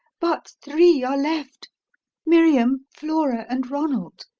but three are left miriam, flora, and ronald.